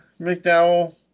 McDowell